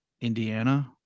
Indiana